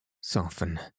soften